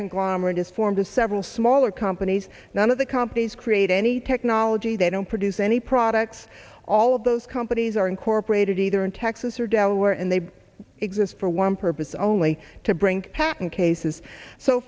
conglomerate is formed to several smaller companies none of the companies create any technology they don't produce any products all of those companies are incorporated either in texas or delaware and they exist for one purpose only to bring patent cases so